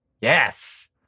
yes